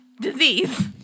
disease